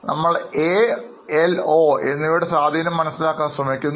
നമ്മൾ ALO എന്നിവയുടെ സ്വാധീനം മനസ്സിലാക്കാൻ ശ്രമിക്കുന്നു